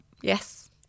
Yes